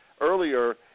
earlier